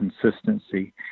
consistency